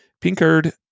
Pinkard